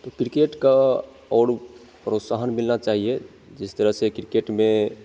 तो क्रिकेट का और प्रोत्साहन मिलना चाहिए जिस तरह से क्रिकेट में